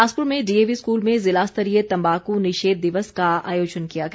बिलासपुर में DAV school में ज़िलास्तरीय तंबाकू निषेघ दिवस का आयोजन किया गया